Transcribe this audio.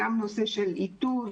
גם בנושא איתור,